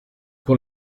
pour